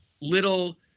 little